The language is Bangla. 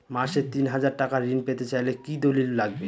মাসে তিন হাজার টাকা ঋণ পেতে চাইলে কি দলিল লাগবে?